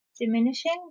diminishing